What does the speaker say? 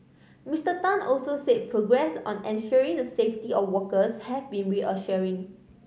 Mister Tan also said progress on ensuring the safety of workers has been reassuring